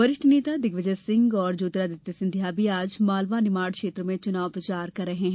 वरिष्ठ नेता दिग्विजय सिंह और ज्योतिरादित्य सिंधिया भी आज मालवा निमाड़ क्षेत्र में चुनाव प्रचार कर रहे हैं